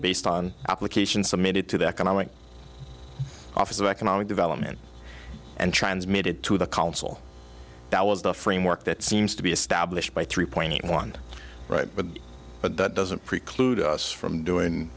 based on application submitted to the economic office of economic development and transmitted to the council that was the framework that seems to be established by three point one right but but that doesn't preclude us from doing